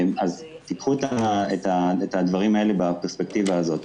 אז קחו את הדברים האלה בפרספקטיבה הזאת.